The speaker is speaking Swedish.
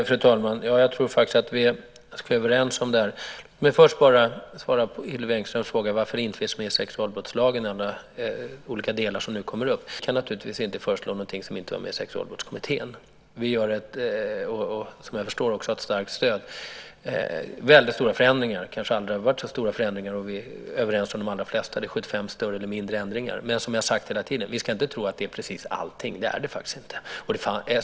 Fru talman! Jag tror faktiskt att vi är ganska överens om detta. Låt mig först svara på Hillevi Engströms fråga om varför det inte finns med i sexualbrottslagen. Vi kan naturligtvis inte föreslå någonting som inte var med i Sexualbrottskommittén. Vi gör väldigt stora förändringar som jag förstår har ett starkt stöd. Det har kanske aldrig gjorts så stora förändringar, och vi är överens om de allra flesta. Det är 75 större eller mindre ändringar. Men, som jag har sagt hela tiden, vi ska inte tro att det gäller precis allting. Det gör det faktiskt inte.